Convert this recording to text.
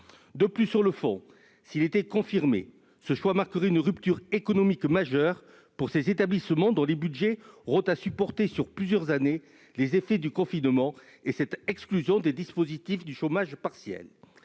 De plus, sur le fond, ce choix, s'il était confirmé, marquerait une rupture économique majeure pour ces établissements, dont les budgets auront à supporter sur plusieurs années les effets du confinement et leur exclusion des dispositifs du chômage partiel.